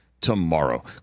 tomorrow